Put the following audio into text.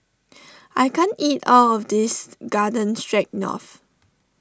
I can't eat all of this Garden Stroganoff